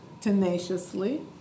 tenaciously